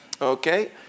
okay